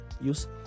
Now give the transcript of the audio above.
use